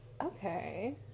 Okay